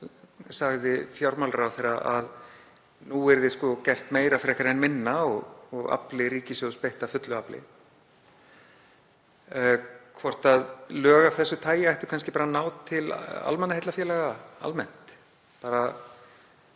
sagði fjármálaráðherra að nú yrði gert meira frekar en minna og krafti ríkissjóðs beitt af fullu afli, hvort lög af þessu tagi ættu kannski að ná til almannaheillafélaga almennt sem